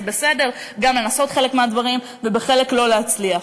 זה בסדר גם לנסות חלק מהדברים ובחלק לא להצליח,